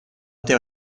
teva